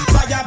Fire